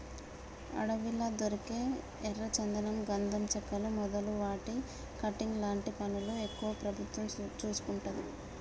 అడవిలా దొరికే ఎర్ర చందనం గంధం చెక్కలు మొదలు వాటి కటింగ్ లాంటి పనులు ఎక్కువ ప్రభుత్వం చూసుకుంటది